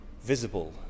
visible